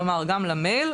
כלומר גם למייל,